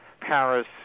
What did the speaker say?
Paris